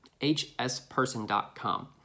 HSPerson.com